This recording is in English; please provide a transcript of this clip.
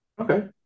Okay